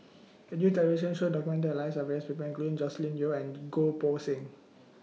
A New television Show documented The Lives of various People including Joscelin Yeo and Goh Poh Seng